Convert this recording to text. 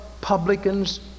publicans